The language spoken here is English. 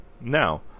now